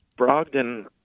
Brogdon